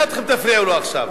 נו, נראה אתכם, תפריעו לו עכשיו.